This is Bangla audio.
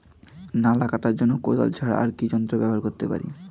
নালা কাটার জন্য কোদাল ছাড়া আর কি যন্ত্র ব্যবহার করতে পারি?